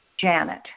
Janet